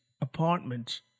apartment